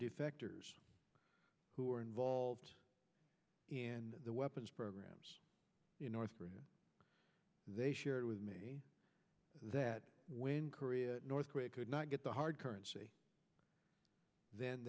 defectors who are involved in the weapons programs you north korea they shared with me that that when korea north korea could not get the hard currency th